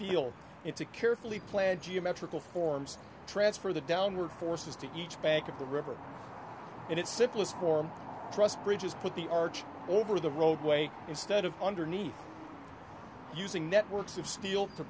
steel into carefully planned geometrical forms transfer the downward forces to each bank of the river in its simplest form truss bridges put the arch over the roadway instead of underneath using networks of steel to